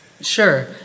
Sure